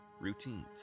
routines